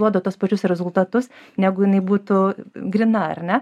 duoda tuos pačius rezultatus negu jinai būtų gryna ar ne